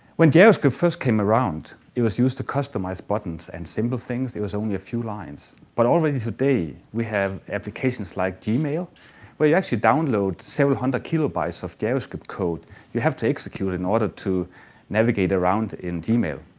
when javascript first came around it was used to customize buttons and simple things, it was only a few lines. but already today, we have applications like gmail where you actually download several hundred kilobytes of javascript that you have to execute in order to navigate around in gmail.